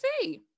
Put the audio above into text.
see